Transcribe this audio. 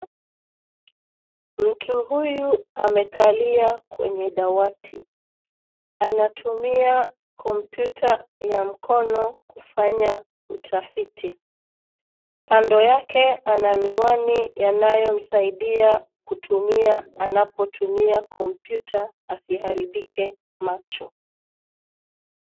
Mtu huyu amekalia kwenye dawati anatumia kompyuta ya mkono kufanya utafiti, kando yake ana miwani yanayomsaidia kutumia anapotumia kompyuta asiharibike macho.